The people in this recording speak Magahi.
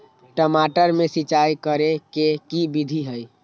टमाटर में सिचाई करे के की विधि हई?